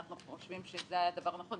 אנחנו חושבים שזה היה דבר נכון,